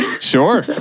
Sure